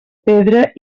pedra